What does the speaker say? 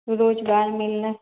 रोजगार मिलने